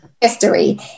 History